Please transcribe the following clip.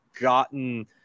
gotten